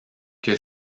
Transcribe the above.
que